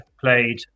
played